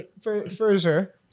further